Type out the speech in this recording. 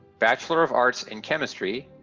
bachelor of arts in chemistry,